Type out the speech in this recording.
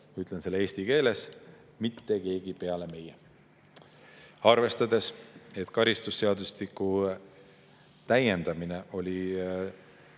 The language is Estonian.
ütlen selle eesti keeles – "Mitte keegi peale meie". Arvestades, et karistusseadustiku täiendamine oli